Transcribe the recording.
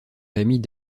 famille